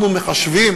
אנחנו מחשבים